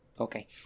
Okay